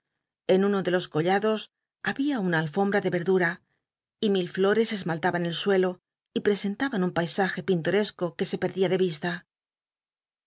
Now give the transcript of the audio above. en uno de los collados babia una alfombra de verduta y mil llores esmaltaban el suelo y presentaban un paisaje pintoresco que se perdía de visla